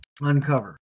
uncover